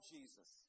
Jesus